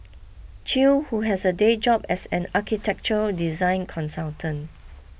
Chew who has a day job as an architectural design consultant